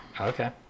okay